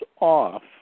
off